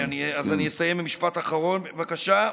אוקיי, אז אני אסיים במשפט אחרון, בבקשה.